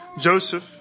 Joseph